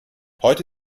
heute